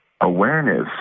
awareness